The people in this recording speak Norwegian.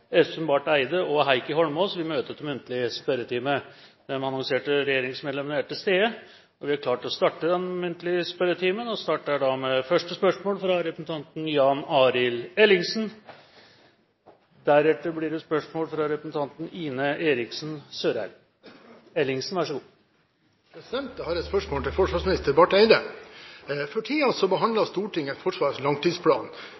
Espen Barth Eide og Heikki Holmås vil møte til muntlig spørretime. De annonserte regjeringsmedlemmer er til stede, og vi er klare til å starte den muntlige spørretimen. Vi starter da med første hovedspørsmål, fra representanten Jan Arild Ellingsen. Jeg har et spørsmål til forsvarsminister Barth Eide. For tiden behandler Stortinget Forsvarets langtidsprogram. Ryggraden i denne planen er kjøp av nye jagerfly, JSF. Behovet for nye jagerfly er så